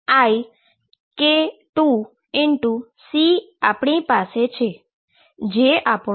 જે આપણું સમીકરણ નંબર 1 છે